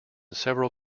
several